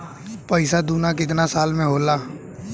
पैसा दूना कितना साल मे होला?